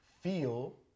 feel